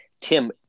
Tim